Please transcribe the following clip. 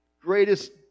greatest